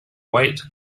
white